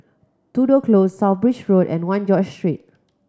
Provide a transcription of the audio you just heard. Tudor Close South Bridge Road and One George Street